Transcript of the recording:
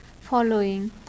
following